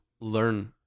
learn